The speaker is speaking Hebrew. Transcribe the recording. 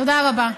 תודה רבה.